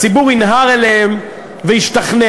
הציבור ינהר אליהם וישתכנע.